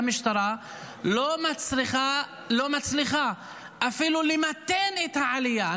המשטרה לא מצליחה אפילו למתן את העלייה,